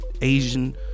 Asian